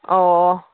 ꯑꯣ